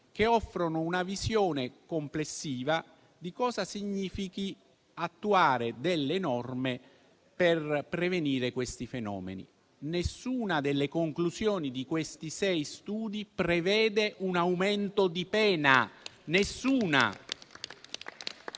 che offrono una visione complessiva di cosa significhi attuare delle norme per prevenire questi fenomeni. Nessuna delle conclusioni di questi sei studi prevede un aumento di pena; nessuna.